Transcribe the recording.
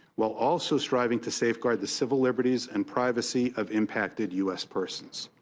while also striving to safeguard the civil liberties and privacy of impacted u s. persons.